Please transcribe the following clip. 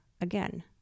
again